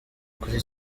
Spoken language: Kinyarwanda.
kuri